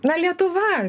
na lietuva